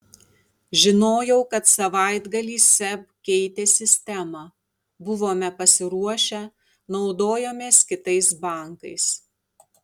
žinojau kad savaitgalį seb keitė sistemą buvome pasiruošę naudojomės kitais bankais